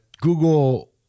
Google